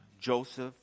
Joseph